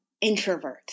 introvert